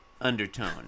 undertone